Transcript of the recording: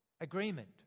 agreement